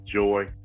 joy